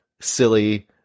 silly